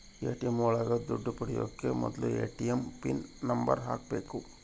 ATM ಒಳಗ ದುಡ್ಡು ಪಡಿಯೋಕೆ ಮೊದ್ಲು ಎ.ಟಿ.ಎಂ ಪಿನ್ ನಂಬರ್ ಹಾಕ್ಬೇಕು